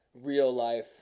real-life